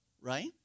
right